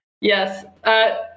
Yes